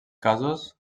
casos